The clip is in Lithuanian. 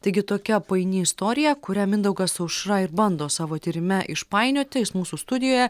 taigi tokia paini istorija kurią mindaugas aušra ir bando savo tyrime išpainioti jis mūsų studijoje